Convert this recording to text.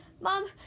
Mom